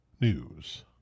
News